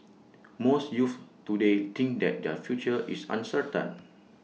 most youths today think that their future is uncertain